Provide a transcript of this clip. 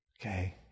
Okay